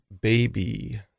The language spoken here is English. Baby